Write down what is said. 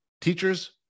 teachers